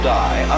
die